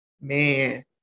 man